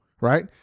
right